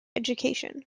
education